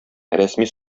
рәсми